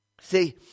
See